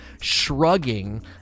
shrugging